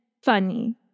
funny